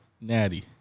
Natty